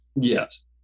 yes